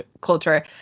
culture